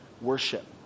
worship